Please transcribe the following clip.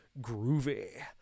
Groovy